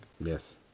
Yes